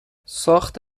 ساخت